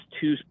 two